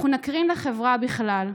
אנחנו נקרין לחברה בכלל.